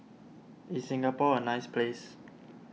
is Singapore a nice place